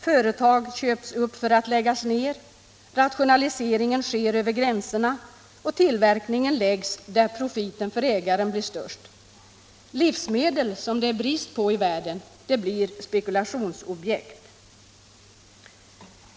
Företag köps upp för att läggas ner, rationaliseringen sker över gränserna, och tillverkningen läggs där profiten för ägaren blir störst. Livsmedel, som det är brist på i världen, blir spekulationsobjekt.